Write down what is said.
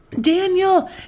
Daniel